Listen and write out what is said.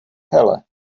hele